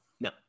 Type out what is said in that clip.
no